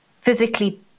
physically